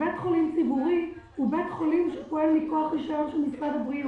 שבית חולים ציבורי הוא בית חולים שפועל מכוח רישיון של משרד הבריאות,